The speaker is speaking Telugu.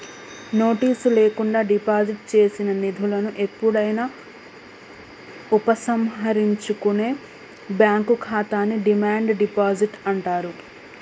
నోటీసు లేకుండా డిపాజిట్ చేసిన నిధులను ఎప్పుడైనా ఉపసంహరించుకునే బ్యాంక్ ఖాతాని డిమాండ్ డిపాజిట్ అంటారు